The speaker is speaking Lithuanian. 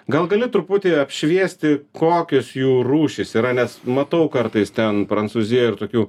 gal gali truputį apšviesti kokios jų rūšys yra nes matau kartais ten prancūzija ir tokių